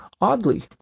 Oddly